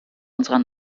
unserer